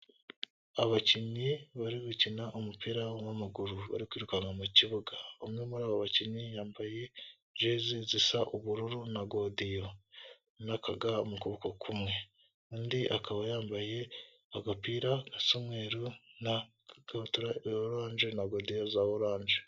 Abakinnyi bari bakina umupira w'amaguru bari kwirukanwa mu kibuga, umwe muri abo bakinnyi yambaye jeze zisa ubururu, na godiyo, n'aka ga mu ukuboko kumwe. Undi akaba yambaye agapira gasa umweru, n'gakabutura ka orange nagodiyo za orange.